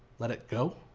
let it go.